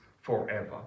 forever